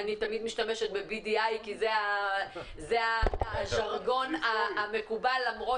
ואני משתמשת ב-BDI זה הז'רגון המקובל למרות